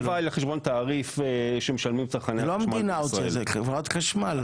זה לא המדינה הוציאה, זה חברת חשמל.